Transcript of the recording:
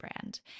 brand